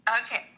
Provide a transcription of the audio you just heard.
Okay